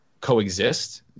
coexist